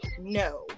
no